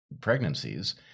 pregnancies